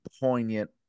poignant